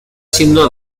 siendo